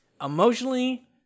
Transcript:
Emotionally